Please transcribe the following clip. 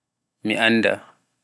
mi annda